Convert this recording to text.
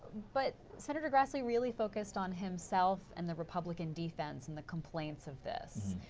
but senator grassley really focused on himself and the republican defense and the complaints of this.